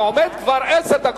אתה עומד כבר עשר דקות,